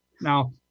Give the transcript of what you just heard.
Now